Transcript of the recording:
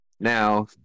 now